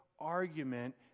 argument